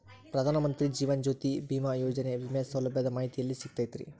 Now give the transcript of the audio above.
ಪ್ರಧಾನ ಮಂತ್ರಿ ಜೇವನ ಜ್ಯೋತಿ ಭೇಮಾಯೋಜನೆ ವಿಮೆ ಸೌಲಭ್ಯದ ಮಾಹಿತಿ ಎಲ್ಲಿ ಸಿಗತೈತ್ರಿ?